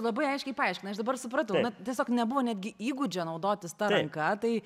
labai aiškiai paaiškinai aš dabar supratau na tiesiog nebuvo netgi įgūdžio naudotis ta ranka tai